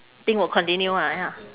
think will continue ah ya